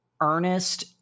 earnest